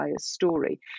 story